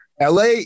LA